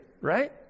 right